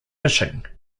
fishing